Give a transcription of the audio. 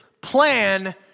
plan